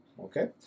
Okay